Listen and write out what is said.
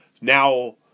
Now